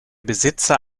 besitzer